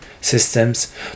systems